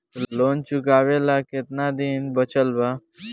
Loan चुकावे ला कितना दिन बचल बा?